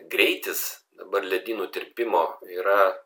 greitis dabar ledynų tirpimo yra